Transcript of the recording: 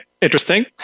Interesting